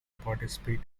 participate